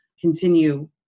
continue